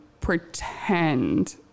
pretend